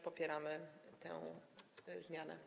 Popieramy tę zmianę.